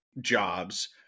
jobs